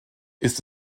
ist